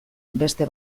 beste